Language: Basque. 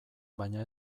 baina